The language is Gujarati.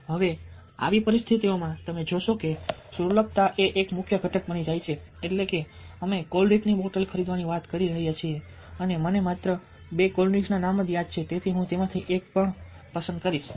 હવે આવી પરિસ્થિતિઓમાં તમે જોશો કે સુલભતા એક મુખ્ય ઘટક બની જાય છે એટલે કે અમે કોલ્ડ ડ્રિંકની બોટલ ખરીદવાની વાત કરી રહ્યા છીએ અને મને માત્ર બે કોલ્ડ ડ્રિંક્સનાં નામ જ યાદ છે તેથી હું તેમાંથી એક પણ પસંદ કરીશ